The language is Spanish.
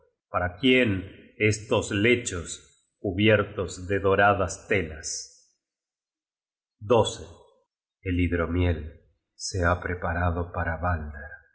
para quién estos lechos cubiertos de doradas telas el hidromiel se ha preparado para balder